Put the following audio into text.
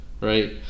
right